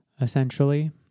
essentially